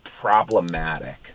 problematic